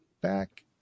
back